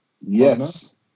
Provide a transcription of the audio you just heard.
Yes